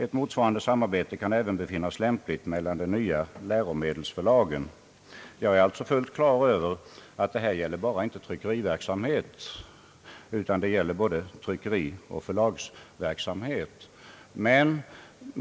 Ett motsvarande samarbete kan även befinnas lämpligt mellan de nya läromedelsförlagen, framhåller han vidare. Jag är alltså fullt klar över att det inte bara gäller tryckeriverksamhet, utan både tryckerioch förlagsverksamhet.